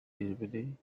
evening